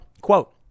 quote